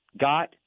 got